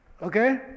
Okay